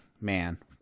Man